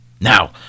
Now